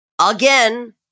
Again